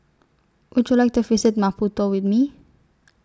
Would YOU like to visit Maputo with Me